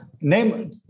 Name